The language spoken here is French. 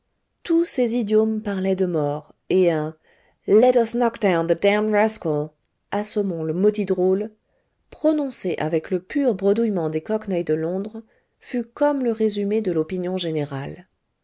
tous ces idiomes parlaient de mort et un let us knock down the damned rascal assommons le maudit drôle prononcé avec le pur bredouillement des cockneys de londres fut comme le résumé de l'opinion générale